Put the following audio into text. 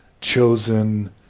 chosen